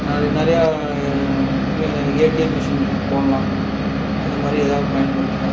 ந நிறையா மி ஏடிஎம் மிஷின்கள் போடலாம் அதுமாதிரி ஏதாவது பயன்படுத்தலாம்